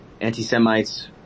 anti-Semites